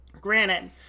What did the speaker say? granted